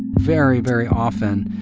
very, very often,